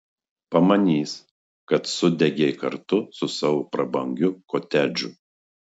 pamanys kad sudegei kartu su savo prabangiu kotedžu